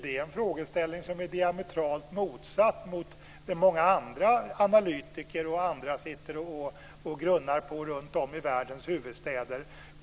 Det är en diametral motsats till vad många analytiker och andra sitter och grunnar på runtom i världens huvudstäder.